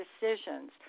decisions